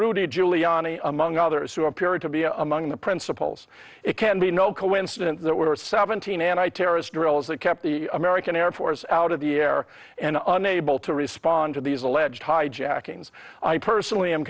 rudy giuliani among others who appeared to be among the principals it can be no coincidence that we're at seventeen and i terrorist drills that kept the american air force out of the air and unable to respond to these alleged hijackings i personally am